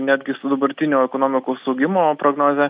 netgi su dabartinio ekonomikos augimo prognoze